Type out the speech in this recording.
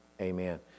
Amen